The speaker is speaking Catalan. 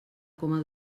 coma